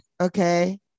okay